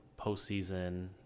postseason